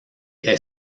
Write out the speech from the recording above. est